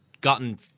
gotten